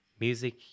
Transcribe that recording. Music